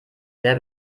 sehr